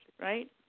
right